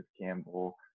campbell